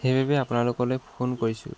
সেইবাবেই আপোনালোকলৈ ফোন কৰিছোঁ